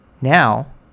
now